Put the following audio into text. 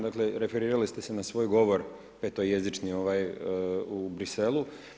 Dakle, referirali ste se na svoj govor petojezični ovaj u Bruxellesu.